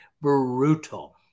Brutal